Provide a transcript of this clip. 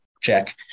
Check